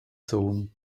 sohn